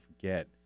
forget